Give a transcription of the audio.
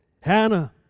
Hannah